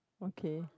okay